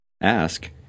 Ask